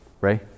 Ray